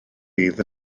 fydd